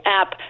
app